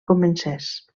comencés